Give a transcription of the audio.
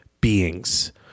beings